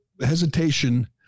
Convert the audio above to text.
hesitation